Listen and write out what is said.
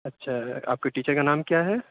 اچھا آپ کے ٹیچر کا نام کیا ہے